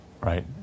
Right